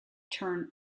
turn